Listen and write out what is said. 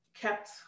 kept